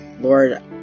Lord